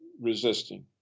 resisting